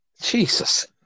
Jesus